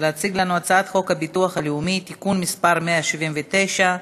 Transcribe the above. להציג לנו את הצעת חוק הביטוח הלאומי (תיקון מס' 179),